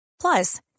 Plus